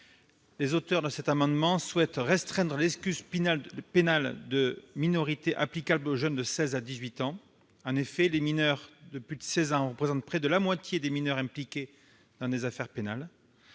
les auteurs de cet amendement souhaitent restreindre l'excuse pénale de minorité applicable aux jeunes âgés de seize à dix-huit ans. En effet, les mineurs de plus de seize ans représentent près de la moitié des mineurs impliqués dans des affaires pénales.